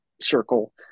circle